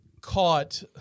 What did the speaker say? caught